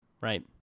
right